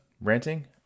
ranting